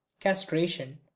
Castration